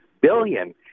billion